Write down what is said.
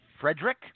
Frederick